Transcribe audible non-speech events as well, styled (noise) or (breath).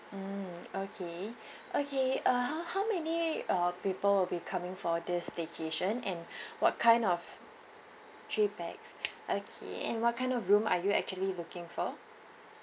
mm okay okay uh how how many uh people will be coming for this staycation and (breath) what kind of three pax okay and what kind of room are you actually looking for